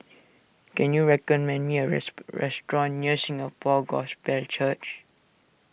can you recommend me a restaurant near Singapore Gospel Church